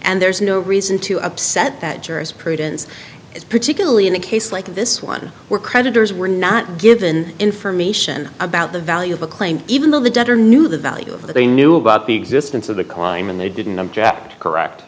and there's no reason to upset that jurisprudence is particularly in a case like this one where creditors were not given information about the value of a claim even though the debtor knew the value of they knew about the existence of the crime and they didn't object correct